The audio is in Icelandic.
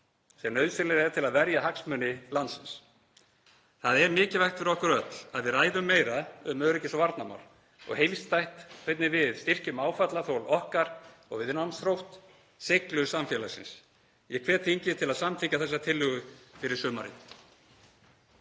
sem nauðsynleg er til að verja hagsmuni landsins. Það er mikilvægt fyrir okkur öll að við ræðum meira um öryggis- og varnarmál og heildstætt hvernig við styrkjum áfallaþol okkar og viðnámsþrótt, seiglu samfélagsins. Ég hvet þingið til að samþykkja þessa tillögu fyrir sumarið.